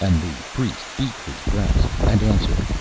and the priest beat his breast, and answered,